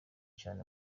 cyane